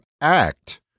act